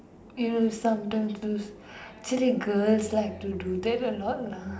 you sometimes loose actually girls like to do that a lot lah